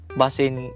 basin